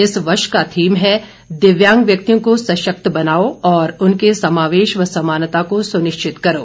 इस वर्ष का थीम है दिव्यांग व्यक्तियों को सशक्त बनाओ और उनके समावेश व समानता को सुनिश्चित करो